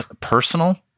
personal